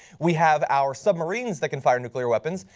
we have our submarines that can fire nuclear weapons.